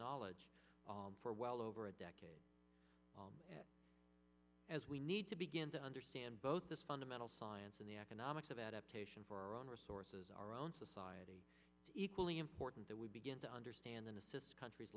knowledge for well over a decade as we need to begin to understand both this fundamental science and the economics of adaptation for our own resources our own society equally important that we begin to understand and assist countries